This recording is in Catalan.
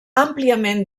àmpliament